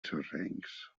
sorrencs